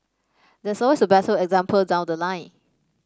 there's always a better example down the line